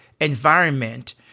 environment